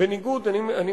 בניגוד, תודה, אדוני.